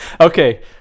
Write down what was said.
Okay